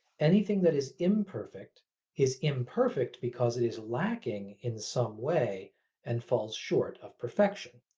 anything that is imperfect is imperfect because it is lacking in some way and falls short of perfection.